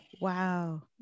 Wow